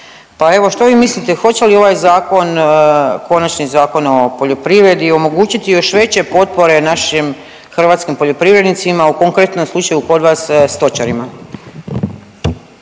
Pa evo što vi mislite hoće li ovaj zakon, konačni Zakon o poljoprivredi omogućiti još veće potpore našim hrvatskim poljoprivrednicima u konkretnom slučaju kod vas stočarima?